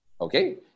Okay